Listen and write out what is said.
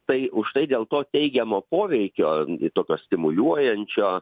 tai užtai dėl to teigiamo poveikio tokio stimuliuojančio